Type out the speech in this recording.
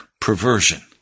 perversion